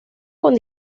con